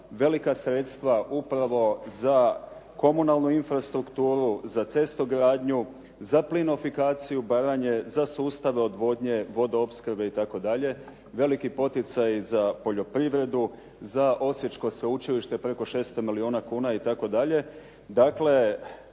velika sredstva upravo za komunalnu infrastrukturu, za cestogranju, za plinofikaciju Baranje, za sustav odvodnje, vodoopskrbe itd., veliki poticaji za poljoprivredu, za Osječko sveučilište preko 600 milijuna kuna itd.